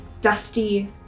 dusty